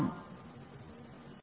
நன்றி